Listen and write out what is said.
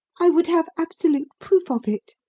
i would have absolute proof of it.